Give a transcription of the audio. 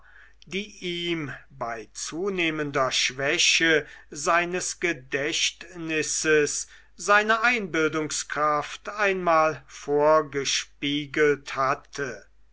die ihm bei zunehmender schwäche seines gedächtnisses seine einbildungskraft einmal vorgespiegelt hatte